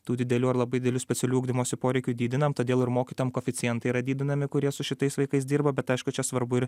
tų didelių ar labai didelių specialių ugdymosi poreikių didinam todėl ir mokytojam koeficientai yra didinami kurie su šitais vaikais dirba bet aišku čia svarbu ir